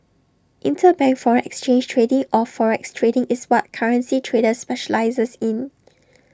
interbank foreign exchange trading or forex trading is what currency trader specialises in